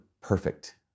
perfect